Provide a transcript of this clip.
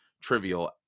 trivial